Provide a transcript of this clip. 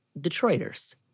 Detroiters